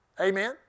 Amen